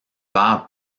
vert